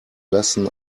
lesson